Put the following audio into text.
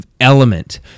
element